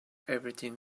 everything